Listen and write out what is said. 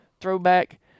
throwback